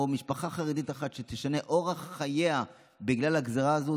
משפחה חרדית אחת שתשנה אורח חייה בגלל הגזרה הזאת,